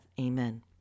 amen